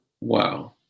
Wow